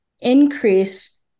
increase